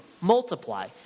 multiply